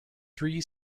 three